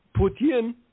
Putin